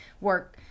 work